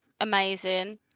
amazing